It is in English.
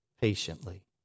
patiently